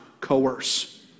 coerce